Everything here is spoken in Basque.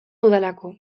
dudalako